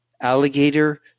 alligator